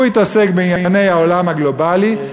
הוא מתעסק בענייני העולם הגלובלי,